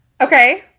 Okay